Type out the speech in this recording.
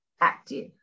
active